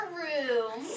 room